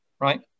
right